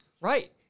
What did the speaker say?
Right